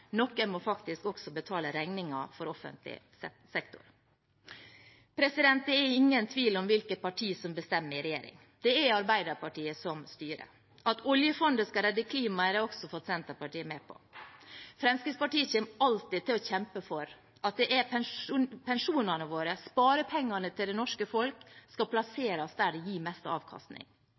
må faktisk også betale regningen for offentlig sektor. Det er ingen tvil om hvilket parti som bestemmer i regjering. Det er Arbeiderpartiet som styrer. At oljefondet skal redde klimaet, har de også fått Senterpartiet med på. Fremskrittspartiet kommer alltid til å kjempe for at pensjonene våre, sparepengene til det norske folk, skal plasseres der de gir mest avkastning.